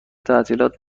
تعطیلات